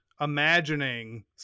imagining